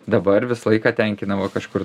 dabar visą laiką tenkina va kažkur